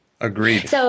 Agreed